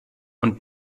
und